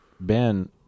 Ben